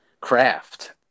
craft